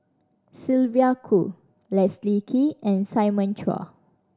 Sylvia Kho Leslie Kee and Simon Chua